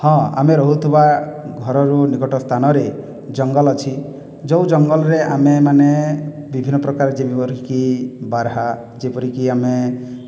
ହଁ ଆମେ ରହୁଥିବା ଘରରୁ ନିକଟ ସ୍ଥାନରେ ଜଙ୍ଗଲ ଅଛି ଯୋଉ ଜଙ୍ଗଲରେ ଆମେ ମାନେ ବିଭିନ୍ନ ପ୍ରକାର ଯେପରିକି ବାରାହା ଯେପରିକି ଆମେ